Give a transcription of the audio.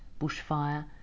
bushfire